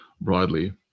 broadly